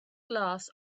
glass